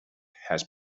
has